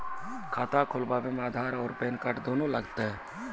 खाता खोलबे मे आधार और पेन कार्ड दोनों लागत?